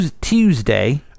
Tuesday